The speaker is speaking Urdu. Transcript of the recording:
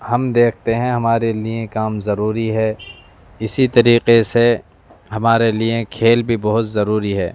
ہم دیکھتے ہیں کہ ہمارے لیے کام ضروری ہے اسی طریقے سے ہمارے لیے کھیل بھی بہت ضروری ہے